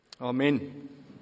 Amen